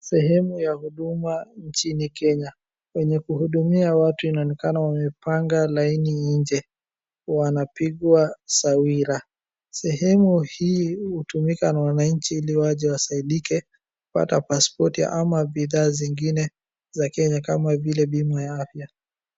Sehemu ya huduma nchini Kenya, wenye kuhudumia watu inaonekana wamepanga laini nje wanapigwa sawira. Sehemu hii hutumika na wanainchi ili waje wasaidike kupata passpoti ama bidhaa zingine za Kenya kama vile bima ya afya.